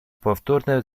powtórne